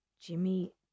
Jimmy